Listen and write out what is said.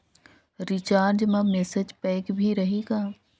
Recharge मा message pack भी रही का?